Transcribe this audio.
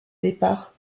départ